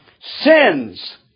Sins